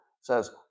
says